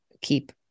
keep